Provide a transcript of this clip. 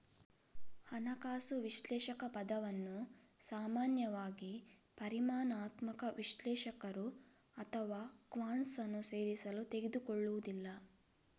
ಹಣಕಾಸು ವಿಶ್ಲೇಷಕ ಪದವನ್ನು ಸಾಮಾನ್ಯವಾಗಿ ಪರಿಮಾಣಾತ್ಮಕ ವಿಶ್ಲೇಷಕರು ಅಥವಾ ಕ್ವಾಂಟ್ಸ್ ಅನ್ನು ಸೇರಿಸಲು ತೆಗೆದುಕೊಳ್ಳುವುದಿಲ್ಲ